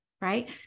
Right